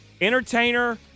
entertainer